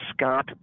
Scott